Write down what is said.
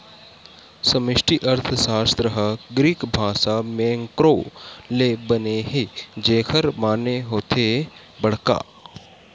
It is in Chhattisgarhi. समस्टि अर्थसास्त्र ह ग्रीक भासा मेंक्रो ले बने हे जेखर माने होथे बड़का